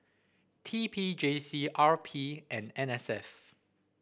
T P J C R P and N S F